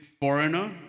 foreigner